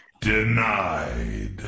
denied